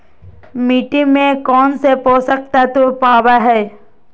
मिट्टी में कौन से पोषक तत्व पावय हैय?